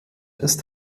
ist